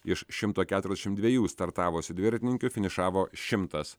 iš šimto keturiasdešim dviejų startavusių dviratininkių finišavo šimtas